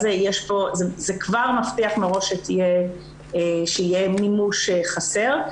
זה כבר מבטיח מראש שיהיה מימוש חסר.